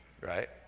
Right